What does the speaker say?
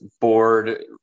board